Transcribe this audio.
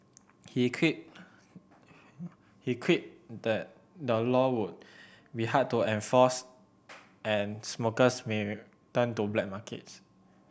he quipped he quipped the law would be hard to enforce and smokers may turn to black markets